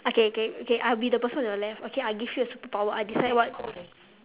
okay okay okay I will be the person on your left okay I give you a superpower I decide what